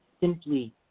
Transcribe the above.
simply